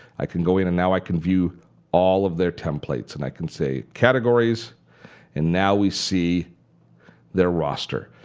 i can go in and now i can view all of their templates. and i can say categories and now we see their roster.